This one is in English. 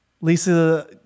Lisa